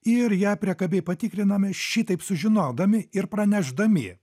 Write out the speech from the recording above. ir ją priekabiai patikriname šitaip sužinodami ir pranešdami